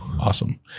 Awesome